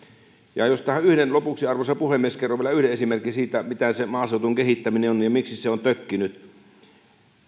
ja tähän lopuksi arvoisa puhemies kerron vielä yhden esimerkin siitä mitä se maaseudun kehittäminen on ja miksi se on tökkinyt